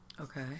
Okay